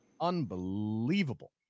Unbelievable